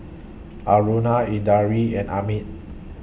Aruna Indranee and Amit